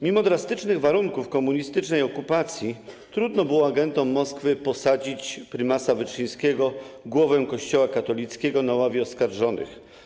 Mimo drastycznych warunków komunistycznej okupacji trudno było agentom Moskwy posadzić prymasa Wyszyńskiego, głowę Kościoła katolickiego, na ławie oskarżonych.